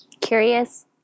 Curious